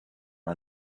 are